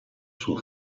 suo